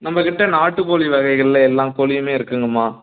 நம்மக் கிட்ட நாட்டு கோழி வகைகள்ல எல்லாங் கோழியுமே இருக்குங்கம்மா